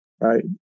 right